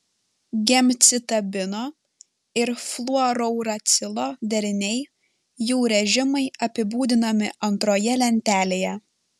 gemcitabino ir fluorouracilo deriniai jų režimai apibūdinami antroje lentelėje